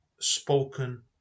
spoken